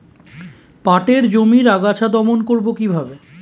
পাটের জমির আগাছা দমন করবো কিভাবে?